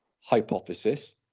hypothesis